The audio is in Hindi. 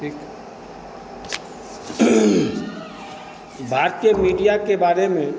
ठीक भारतीय मीडिया के बारे में